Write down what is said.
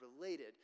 related